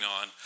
on